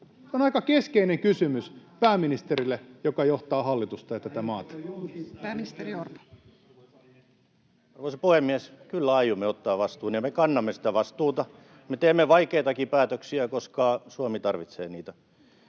Aiotteko julkistaa ne työllisyysvaikutukset vai ette?] Pääministeri Orpo. Arvoisa puhemies! Kyllä aiomme ottaa vastuun ja me kannamme sitä vastuuta. Me teemme vaikeitakin päätöksiä, koska Suomi tarvitsee niitä.